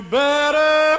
better